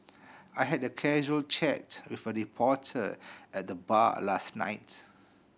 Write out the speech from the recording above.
I had a casual chat with a reporter at the bar last night